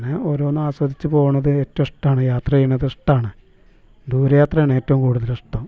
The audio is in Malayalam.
അങ്ങനെ ഓരോന്ന് ആസ്വദിച്ച് പോകുന്നത് ഏറ്റവും ഇഷ്ടമാണ് യാത്ര ചെയ്യുന്നത് ഇഷ്ടമാണ് ദൂരയാത്രയാണ് ഏറ്റവും കൂടുതൽ ഇഷ്ടം